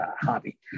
hobby